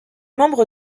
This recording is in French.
membre